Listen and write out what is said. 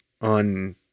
on